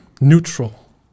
neutral